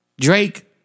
Drake